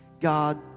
God